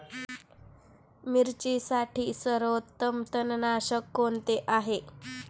मिरचीसाठी सर्वोत्तम तणनाशक कोणते आहे?